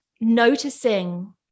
noticing